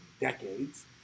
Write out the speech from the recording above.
decades